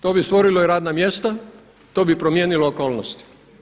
To bi stvorilo i radna mjesta, to bi promijenilo okolnosti.